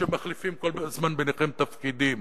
שמחליפים כל הזמן ביניכם תפקידים,